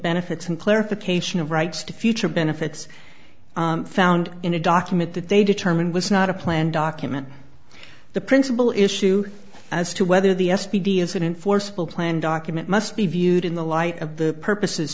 benefits and clarification of rights to future benefits found in a document that they determined was not a planned document the principal issue as to whether the s p d is it in forcible plan document must be viewed in the light of the purposes